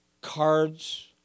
cards